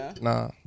Nah